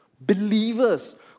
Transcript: believers